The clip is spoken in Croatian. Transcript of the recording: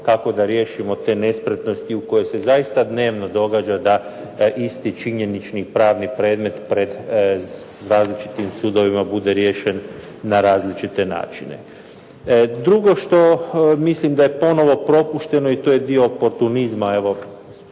kako da riješimo te nespretnosti u koje se zaista dnevno događa da isti činjenični pravni predmet pred različitim sudovima bude riješen na različite načine. Drugo što mislim da je ponovo propušteno i to je dio oportunizma evo